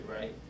right